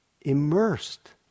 immersed